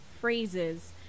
phrases